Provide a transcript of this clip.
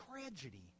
tragedy